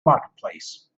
marketplace